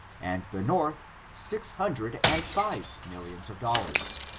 and the north six hundred and five millions of dollars.